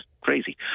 crazy